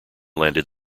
landed